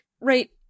right